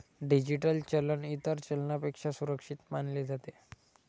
digital चलन इतर चलनापेक्षा सुरक्षित मानले जाते